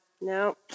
no